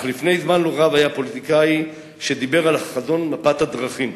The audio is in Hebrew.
אך לפני זמן לא רב היה פוליטיקאי שדיבר על חזון מפת הדרכים.